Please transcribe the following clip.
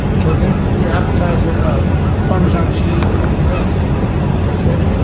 jordan, your appetizer of parmesan cheese and bread is ready,